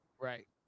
Right